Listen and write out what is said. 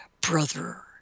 brother